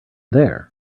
there